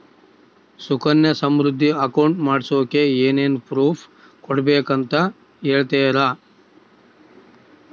Sukanya Samriddhi account ಮಾಡಿಸೋಕೆ ಏನೇನು proof ಕೊಡಬೇಕು ಅಂತ ಹೇಳ್ತೇರಾ?